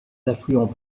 affluents